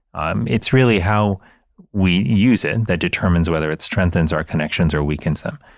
um it's really how we use it that determines whether it strengthens our connections or weakens them.